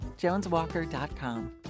JonesWalker.com